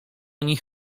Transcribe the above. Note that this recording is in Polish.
nich